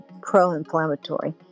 pro-inflammatory